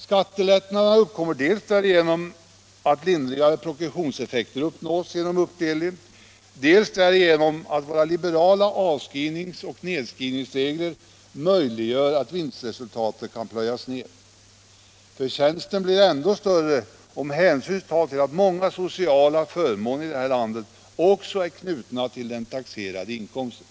Skattelättnaderna uppkommer dels därigenom att lindrigaste progressionseffekt uppnås genom uppdelningen, dels därigenom att våra liberala avskrivningsoch nedskrivningsregler möjliggör att vinstresultat kan plöjas ned. Förtjänsten blir ännu större om hänsyn tas till att många sociala förmåner är knutna till den taxerade inkomsten.